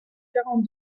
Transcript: quarante